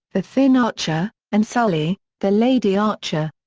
the thin archer, and sally, the lady archer.